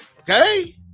Okay